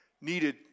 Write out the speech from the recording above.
needed